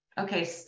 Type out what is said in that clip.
Okay